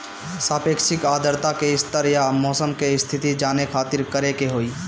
सापेक्षिक आद्रता के स्तर या मौसम के स्थिति जाने खातिर करे के होई?